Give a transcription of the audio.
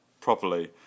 properly